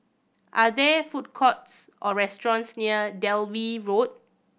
are there food courts or restaurants near Dalvey Road